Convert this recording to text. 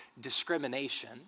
discrimination